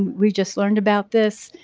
we just learned about this.